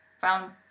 found